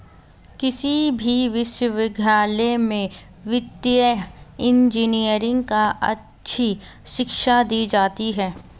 किसी भी विश्वविद्यालय में वित्तीय इन्जीनियरिंग की अच्छी शिक्षा दी जाती है